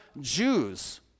Jews